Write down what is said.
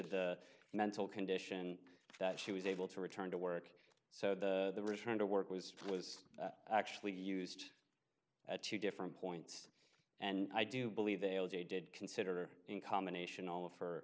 a mental condition that she was able to return to work so the return to work was was actually used at two different points and i do believe they did consider in combination all of her